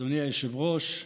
אדוני היושב-ראש,